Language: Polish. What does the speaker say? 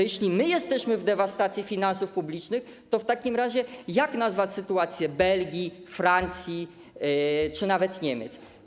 Jeśli my jesteśmy w sytuacji dewastacji finansów publicznych, to w takim razie jak nazwać sytuację Belgii, Francji czy nawet Niemiec?